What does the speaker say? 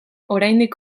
oraindik